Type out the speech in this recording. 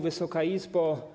Wysoka Izbo!